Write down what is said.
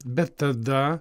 bet tada